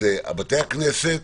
זה בתי הכנסת